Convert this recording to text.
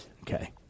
Okay